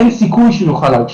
אין סיכוי שהוא יוכל להגשים,